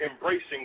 embracing